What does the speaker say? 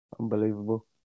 Unbelievable